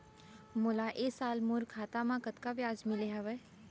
मोला ए साल मोर खाता म कतका ब्याज मिले हवये?